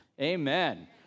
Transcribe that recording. Amen